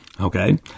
Okay